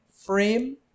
Frame